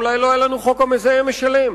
אולי לא היה לנו חוק המזהם משלם.